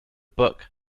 book